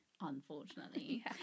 unfortunately